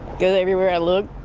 good everywhere i look.